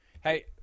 Hey